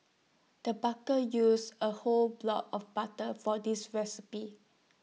the barker used A whole block of butter for this recipe